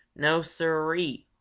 no, sir-e-e!